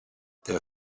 their